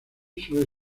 suele